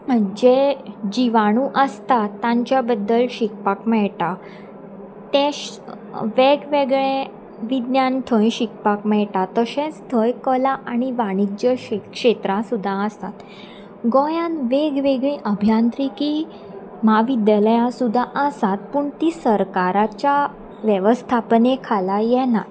जे जिवाणू आसता तांच्या बद्दल शिकपाक मेळटा ते वेगवेगळे विज्ञान थंय शिकपाक मेळटा तशेंच थंय कला आनी वाणिज्य क्षेत्रां सुद्दां आसात गोंयान वेग वेगळीं अभयांत्रिकी म्हाविद्यालयां सुद्दा आसात पूण ती सरकाराच्या वेवस्थापने खाला येनात